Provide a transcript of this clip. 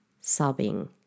sobbing